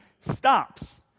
stops